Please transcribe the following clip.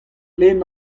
lenn